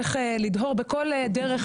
שלום לכולם.